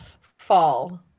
Fall